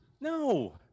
no